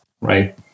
right